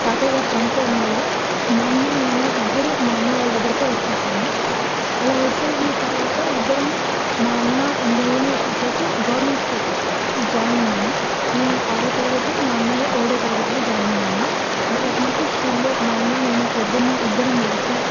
తాతయ్య గారు చనిపోవడం వల్ల మా అన్న నేను ఇద్దరు మా అమ్మ వాళ్ళ దగ్గరికే వచ్చేసాము అలా వచ్చేసిన తర్వాత ఇద్దరము మా అన్న నేను వచ్చేసి గవర్నమెంట్ స్కూల్ జాయిన్ అయ్యాము నేను ఆరో తరగతి మా అన్నయ్య ఏడో తరగతికి జాయిన్ అయ్యాము అక్కడినుంచి స్కూల్లో మా అన్న నేను పొద్దున్నే ఇద్దరం లేచి